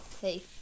Hey